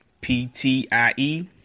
P-T-I-E